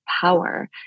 power